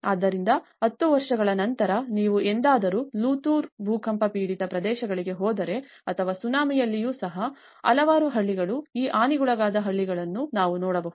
ಆದ್ದರಿಂದ 10 ವರ್ಷಗಳ ನಂತರ ನೀವು ಎಂದಾದರೂ ಲಾತೂರ್ ಭೂಕಂಪ ಪೀಡಿತ ಪ್ರದೇಶಗಳಿಗೆ ಹೋದರೆ ಅಥವಾ ಸುನಾಮಿಯಲ್ಲಿಯೂ ಸಹ ಹಲವಾರು ಹಳ್ಳಿಗಳು ಈ ಹಾನಿಗೊಳಗಾದ ಹಳ್ಳಿಗಳನ್ನು ನಾವು ನೋಡಬಹುದು